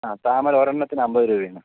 ആ താമര ഒരെണ്ണത്തിന് അമ്പത് രൂപയാണ്